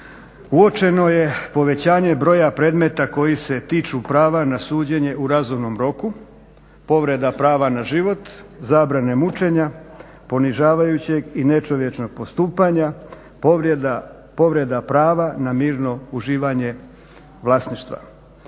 uočeno je povećanje broja predmeta koji se tiču prava na suđenje u razumnom roku, povreda prava na život, zabrane mučenja, ponižavajućeg i nečovječnog postupanja, povreda prava na mirno uživanje vlasništva.